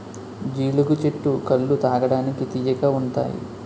జీలుగు చెట్టు కల్లు తాగడానికి తియ్యగా ఉంతాయి